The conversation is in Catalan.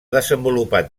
desenvolupat